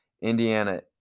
Indiana